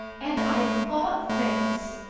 and i bought things!